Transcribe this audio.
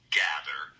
gather